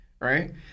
right